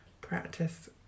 Practice